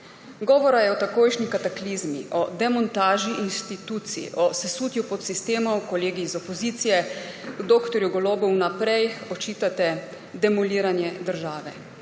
Govora je o takojšnji kataklizmi, o demontaži institucij, o sesutju podsistemov, kolegi iz opozicije dr. Golobu vnaprej očitate demoliranje države.